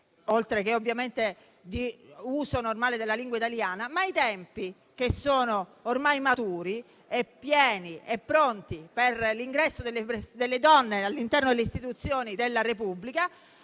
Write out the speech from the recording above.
oltre che di uso normale della lingua italiana, ma i tempi sono ormai maturi, pieni e pronti per l'ingresso delle donne all'interno delle istituzioni della Repubblica.